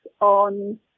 on